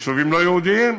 ליישובים לא יהודיים,